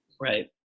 Right